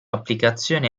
applicazione